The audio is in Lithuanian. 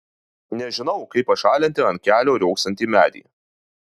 nežinau kaip pašalinti ant kelio riogsantį medį